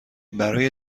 برای